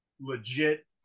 legit